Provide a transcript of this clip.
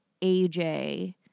AJ